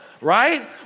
right